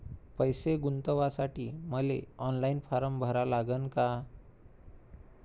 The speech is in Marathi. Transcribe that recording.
पैसे गुंतवासाठी मले ऑनलाईन फारम भरा लागन का?